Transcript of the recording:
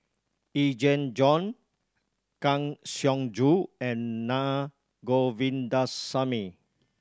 Yee Jenn Jong Kang Siong Joo and Na Govindasamy